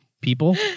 people